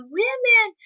women